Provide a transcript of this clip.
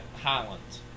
Highlands